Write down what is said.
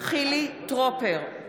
חילי טרופר,